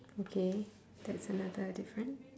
okay that's another differen~